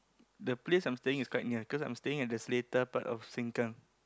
the place I'm staying is quite near cause I'm staying at the Seletar part of sengkang